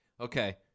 Okay